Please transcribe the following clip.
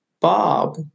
Bob